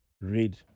read